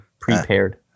prepared